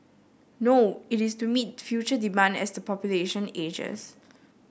no it is to meet future demand as the population ages